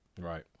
Right